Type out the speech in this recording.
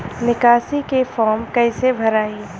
निकासी के फार्म कईसे भराई?